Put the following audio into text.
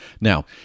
Now